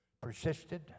persisted